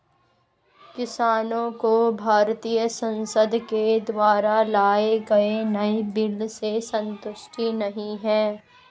किसानों को भारतीय संसद के द्वारा लाए गए नए बिल से संतुष्टि नहीं है